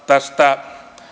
tästä